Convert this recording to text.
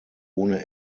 ohne